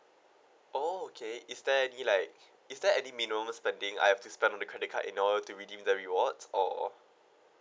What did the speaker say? oh okay is there any like is there any minimum spending I have to spend on the credit card in order to redeem the rewards or